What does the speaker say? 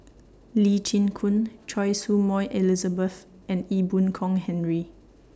Lee Chin Koon Choy Su Moi Elizabeth and Ee Boon Kong Henry